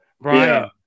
Brian